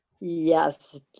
Yes